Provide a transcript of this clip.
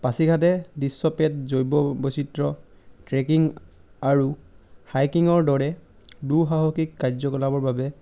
পাছিঘাটে দৃশ্যপেট জৈৱ বৈচিত্ৰ ট্ৰেকিং আৰু হাইকিঙৰ দৰে দুঃসাহসিক কাৰ্য কলাপৰ বাবে